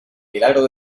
milagro